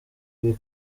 ibi